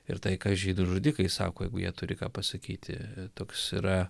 ir tai ką žydų žudikai sako jeigu jie turi ką pasakyti toks yra